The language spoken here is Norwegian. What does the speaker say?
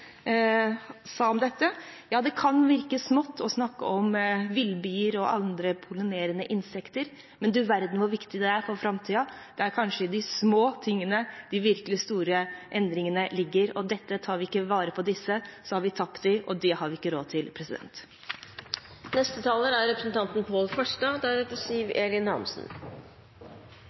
sa om dette. Ja, det kan virke smått å snakke om villbier og andre pollinerende insekter, men du verden hvor viktig det er for framtiden. Det er kanskje i de små tingene at de virkelig store endringene ligger, og tar vi ikke vare på dem, har vi tapt dem – det har vi ikke råd til.